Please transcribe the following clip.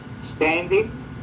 standing